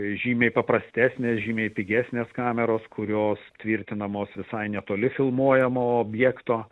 žymiai paprastesnės žymiai pigesnės kameros kurios tvirtinamos visai netoli filmuojamo objekto